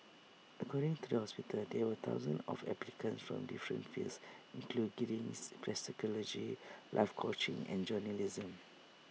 according to the hospital there were thousands of applicants from different fields include life coaching and journalism